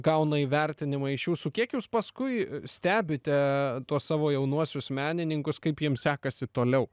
gauna įvertinimą iš jūsų kiek jūs paskui stebite tuos savo jaunuosius menininkus kaip jiems sekasi toliau